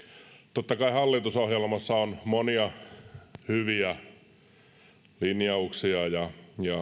totta kai hallitusohjelmassa on monia hyviä linjauksia ja